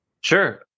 Sure